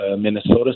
Minnesota